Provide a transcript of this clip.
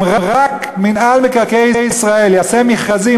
אם רק מינהל מקרקעי ישראל יעשה מכרזים